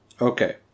Okay